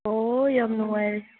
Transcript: ꯑꯣ ꯌꯥꯝ ꯅꯨꯡꯉꯥꯏꯔꯦ